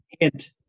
hint